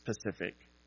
specific